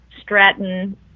Stratton